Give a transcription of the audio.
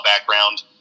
background